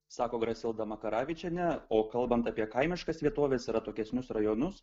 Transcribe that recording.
sako grasilda makaravičienė o kalbant apie kaimiškas vietoves ir atokesnius rajonus